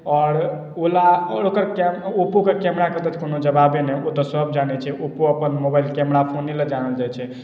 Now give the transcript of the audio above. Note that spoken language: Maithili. आओर ओला आओर ओकर कैमरा ओप्पोके कैमराके तऽ कोनो जवाब नहि ओ तऽ सभ जानैत छै ओप्पो अपन मोबाइल कैमरा फोने लेल जानल जाइत छै